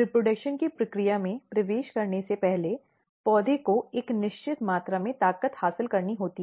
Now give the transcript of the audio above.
reproduction की प्रक्रिया में प्रवेश करने से पहले पौधे को एक निश्चित मात्रा में ताकत हासिल करनी होती है